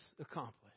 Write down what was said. accomplished